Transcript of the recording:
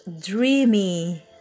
dreamy